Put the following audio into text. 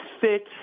fit